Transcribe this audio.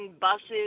buses